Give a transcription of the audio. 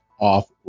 off